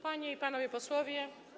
Panie i Panowie Posłowie!